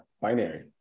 binary